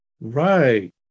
Right